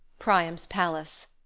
priam's palace